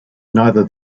neither